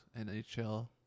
NHL